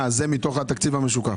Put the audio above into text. זה מתוך התקציב המשוקף.